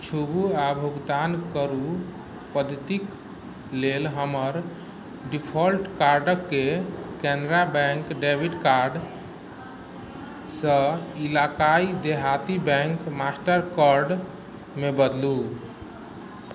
छूबु आ भुगतान करू पद्धतिक लेल हमर डिफाल्ट कार्डके कैनरा बैंक डेबिट कार्ड सऽ इलाकाई देहाती बैंक मास्टर कार्ड मे बदलु